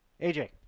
AJ